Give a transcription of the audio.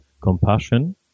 compassion